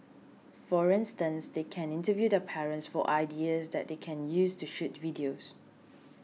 for instance they can interview their parents for ideas that they can use to shoot videos